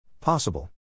Possible